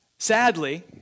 Sadly